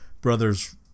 brothers